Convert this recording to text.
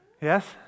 Yes